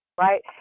Right